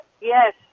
Yes